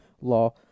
Law